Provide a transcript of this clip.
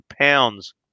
pounds